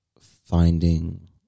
finding